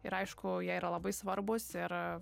ir aišku jie yra labai svarbūs ir